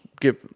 give